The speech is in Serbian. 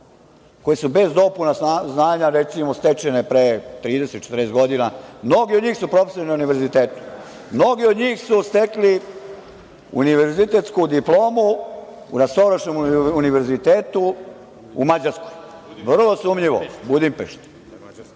koje su bez dopuna znanja, recimo stečene pre 30, 40 godina, mnogi od njih su profesori na univerzitetu, mnogi od njih su stekli univerzitetsku diplomu na Soroškom univerzitetu u Mađarskoj, Budimpešti,